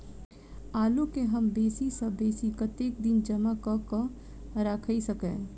आलु केँ हम बेसी सऽ बेसी कतेक दिन जमा कऽ क राइख सकय